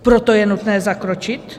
Proto je nutné zakročit?